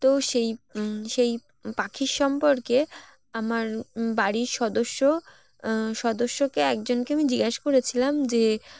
তো সেই সেই পাখির সম্পর্কে আমার বাড়ির সদস্য সদস্যকে একজনকে আমি জিজ্ঞেস করেছিলাম যে